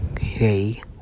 hey